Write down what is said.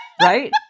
Right